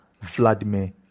Vladimir